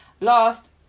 Last